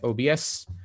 OBS